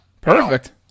Perfect